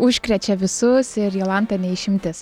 užkrečia visus ir jolanta ne išimtis